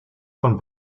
von